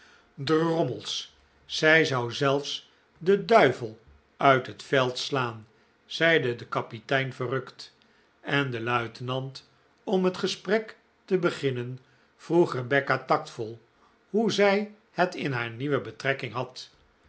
drommels zij zou zelfs den duivel uit het veld slaan zeide de kapitein verrukt en de luitenant om het gesprek te beginnen vroeg rebecca tactvol hoe zij het in haar nieuwe betrekking had